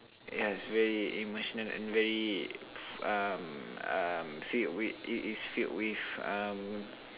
yes very emotional and very um um filled with it is filled with um